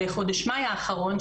חודש מאי האחרון,